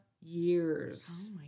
years